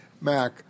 Mac